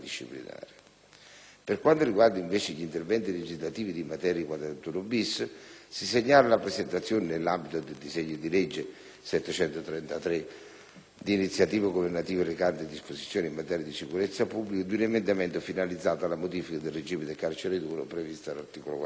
Per quanto riguarda, invece, gli interventi legislativi in materia di 41-*bis*, si segnala la presentazione, nell'ambito del disegno di legge n. 733 di iniziativa governativa recante disposizioni in materia di sicurezza pubblica, di un emendamento finalizzato alla modifica del regime di carcere duro previsto dall'articolo 41-*bis*.